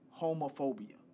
homophobia